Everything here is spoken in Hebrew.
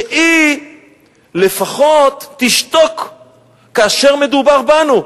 שהיא לפחות תשתוק כאשר מדובר בנו,